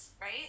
right